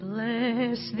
Bless